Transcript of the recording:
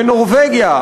בנורבגיה,